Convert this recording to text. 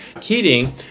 Keating